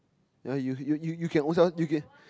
yeah you you you you can own self you can